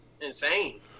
insane